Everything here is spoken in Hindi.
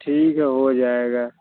ठीक है हो जायेगा